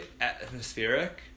atmospheric